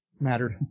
mattered